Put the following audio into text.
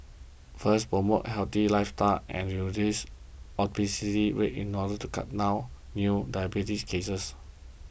first promote a healthy lifestyle and reduce obesity rates in order to cut down on new diabetes cases